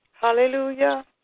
Hallelujah